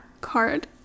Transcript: card